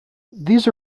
these